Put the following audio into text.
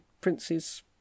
Prince's